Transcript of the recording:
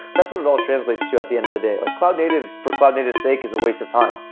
that's what it all translates to at the end of the day. like cloud native for cloud native's sake is a waste of time.